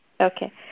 Okay